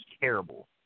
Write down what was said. terrible